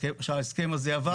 שההסכם הזה עבר,